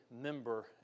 member